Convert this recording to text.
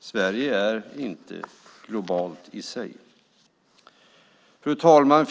Sverige är inte globalt i sig. Fru talman!